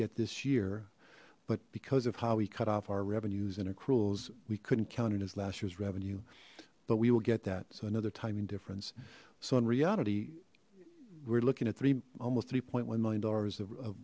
get this year but because of how we cut off our revenues and accruals we couldn't count in his last year's revenue but we will get that so another timing difference so in reality we're looking at three almost three one million dollars